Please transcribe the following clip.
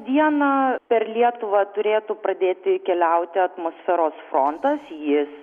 dieną per lietuvą turėtų pradėti keliauti atmosferos frontas jis